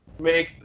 make